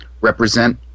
represent